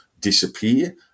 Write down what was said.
disappear